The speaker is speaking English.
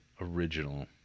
original